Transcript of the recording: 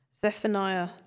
Zephaniah